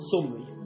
Summary